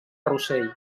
rossell